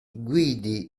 guidi